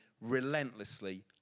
relentlessly